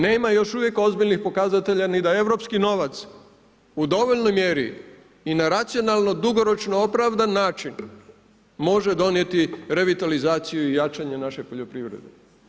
Nema još uvijek ozbiljnih pokazatelja ni da europski novac u dovoljnoj mjeri i na racionalno dugoročno opravdan način može donijeti revitalizaciju i jačanje naše poljoprivrede.